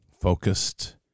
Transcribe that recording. focused